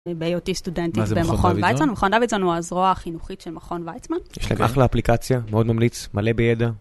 בהיותי סטודנטית במכון ויצמן, מכון דוידסון הוא הזרוע החינוכית של מכון ויצמן. יש להם אחלה אפליקציה, מאוד ממליץ, מלא בידע.